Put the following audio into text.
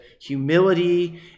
humility